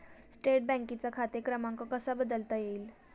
State बँकेचा खाते क्रमांक कसा बदलता येईल?